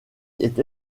est